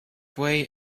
way